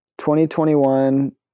2021